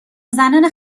زنان